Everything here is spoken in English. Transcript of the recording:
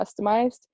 customized